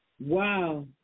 Wow